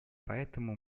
поэтому